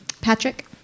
Patrick